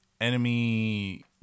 enemy